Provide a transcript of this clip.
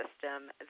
system